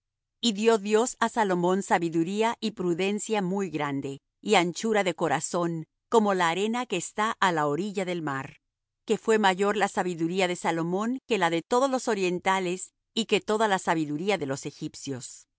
y dió dios á salomón sabiduría y prudencia muy grande y anchura de corazón como la arena que está á la orilla del mar que fué mayor la sabiduría de salomón que la de todos los orientales y que toda la sabiduría de los egipcios